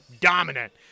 dominant